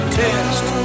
test